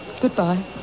Goodbye